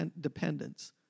dependence